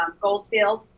Goldfield